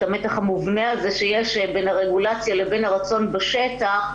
את המתח המובנה הזה שיש בין הרגולציה לבין הרצון בשטח,